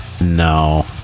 No